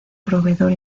proveedor